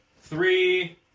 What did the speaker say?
three